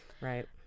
Right